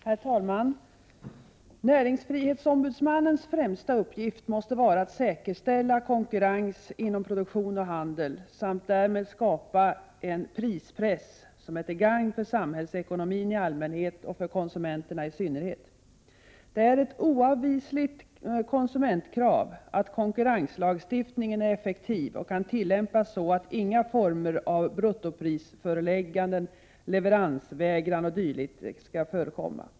Herr talman! Näringsfrihetsombudsmannens främsta uppgift måste vara att säkerställa konkurrens inom produktion och handel samt därmed skapa en prispress som är till gagn för samhällsekonomin i allmänhet och konsumenterna i synnerhet. Det är ett oavvisligt konsumentkrav att konkurrenslagstiftningen är effektiv och kan tillämpas så att inga former av bruttoprisförelägganden, leveransvägran o.d. skall förekomma.